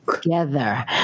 together